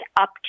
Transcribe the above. up